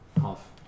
Half